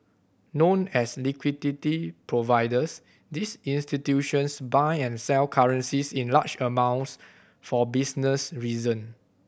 known as liquidity providers these institutions buy and sell currencies in large amounts for business reason